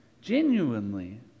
genuinely